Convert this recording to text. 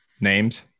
Names